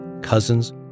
cousins